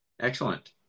excellent